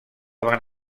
van